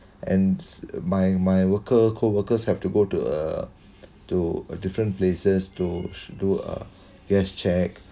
and my my worker co-workers have to go to a to a different places to do uh gas check